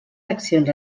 accions